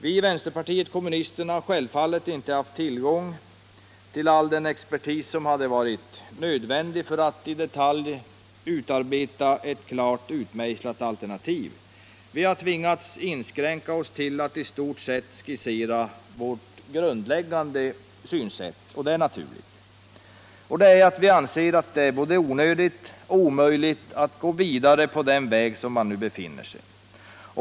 Vi i vänsterpartiet kommunisterna har självfallet inte haft tillgång till all den expertis som hade varit nödvändig för att i detalj utarbeta ett klart utmejslat alternativ: Vi har tvingats inskränka oss till att i stort sett skissera vårt grundläggande synsätt. Det är naturligt. Och vi anser det vara både onödigt och omöjligt att gå vidare på den väg där man nu befinner sig.